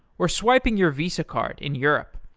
or swiping your visa card in europe,